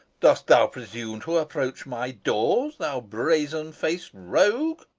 dost thou presume to approach my doors, thou brazen-faced rogue,